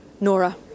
Nora